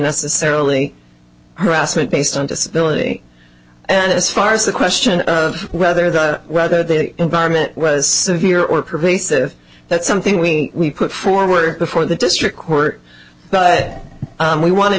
necessarily harassment based on disability and as far as the question of whether the whether the environment was here or pervasive that's something we put forward before the district court but we wanted